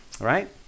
right